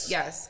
Yes